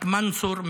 את מנצור,